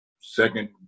second